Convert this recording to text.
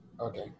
Okay